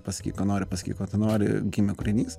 pasakyk ką nori pasakyk ko tu nori gimė kūrinys